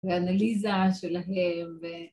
‫באנליזה שלהם ו...